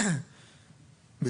סעיף 330כג,